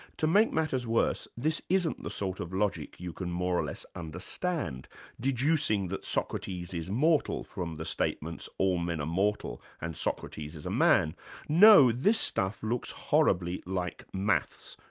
to make matters worse, this isn't the sort of logic you can more or less understand deducing that socrates is mortal from the statements all men are mortal and socrates is a man no, this stuff looks horribly like maths,